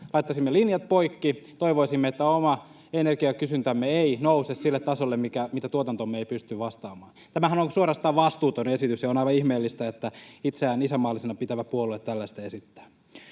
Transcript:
laittaisimme linjat poikki, toivoisimme, että oma energiakysyntämme ei nouse sille tasolle, mihin tuotantomme ei pysty vastaamaan. Tämähän on suorastaan vastuuton esitys, ja on aivan ihmeellistä, että itseään isänmaallisena pitävä puolue tällaista esittää.